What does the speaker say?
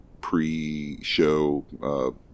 pre-show